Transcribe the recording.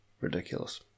ridiculous